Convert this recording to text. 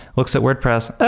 looks at wordpress, oh!